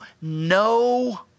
no